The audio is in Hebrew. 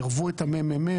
עירבו את ה-מ.מ.מ,